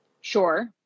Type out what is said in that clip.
Sure